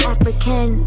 African